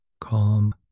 Calm